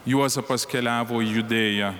juozapas keliavo į judėją